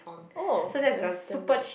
oh that's damn weird